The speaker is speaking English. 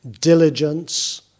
diligence